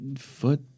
foot